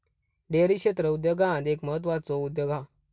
dairy क्षेत्र उद्योगांत एक म्हत्त्वाचो उद्योग हा